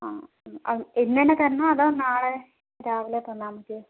ആ മ് ഇന്ന് തന്നെ തരാണോ അതോ നാളെ രാവിലെ തന്നാൽ മതിയോ